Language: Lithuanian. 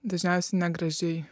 dažniausiai negražiai